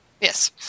Yes